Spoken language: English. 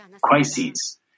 crises